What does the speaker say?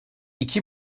iki